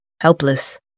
helpless